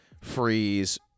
freeze